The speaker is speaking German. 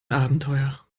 abenteuer